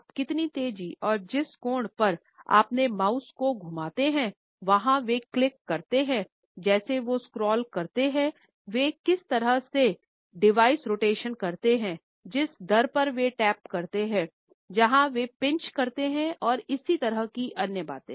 आप कितनी तेजी और जिस कोण पर अपने माउस को घूमाते है जहां वे क्लिक करते हैं जैसे वो स्क्रॉल करते हैं वे किस तरह से डिवाइस रोटेशन करते हैं जिस दर पर वे टैप करते हैं जहां वे पिंच करते हैं और इसी तरह की अन्य बाते